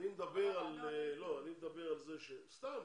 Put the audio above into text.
אני מדבר על זה שסתם